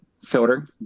filter